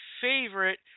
favorite